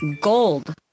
gold